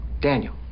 Daniel